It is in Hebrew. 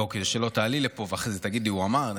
לא, כדי שלא תעלי לפה ואחרי זה תגידי: הוא אמר.